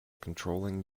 controlling